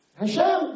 Hashem